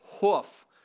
hoof